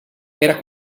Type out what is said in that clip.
era